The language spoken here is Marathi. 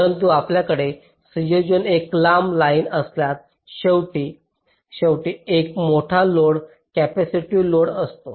परंतु आपल्याकडे संयोजन एक लांब लाईन असल्यास शेवटी शेवटी एक मोठा लोड कॅपेसिटिव लोड असतो